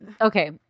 okay